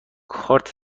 کارت